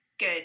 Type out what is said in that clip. good